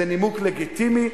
זה נימוק לגיטימי.